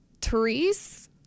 Therese